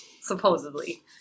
supposedly